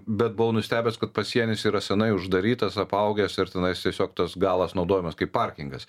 bet buvau nustebęs kad pasienis yra senai uždarytas apaugęs ir tenais tiesiog tas galas naudojamas kaip parkingas